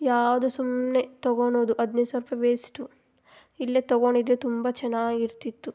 ಯಾವುದು ಸುಮ್ಮನೆ ತಗೊಳೋದು ಹದಿನೈದು ಸಾವ್ರ ರೂಪಾಯ್ ವೇಸ್ಟು ಇಲ್ಲೇ ತಗೊಂಡಿದ್ರೆ ತುಂಬ ಚೆನ್ನಾಗಿರ್ತಿತ್ತು